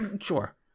Sure